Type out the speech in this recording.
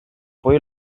poi